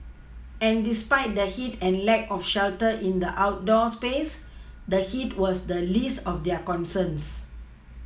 and despite the heat and lack of shelter in the outdoor space the heat was the least of their concerns